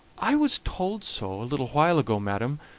i was told so a little while ago, madam,